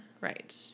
Right